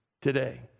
today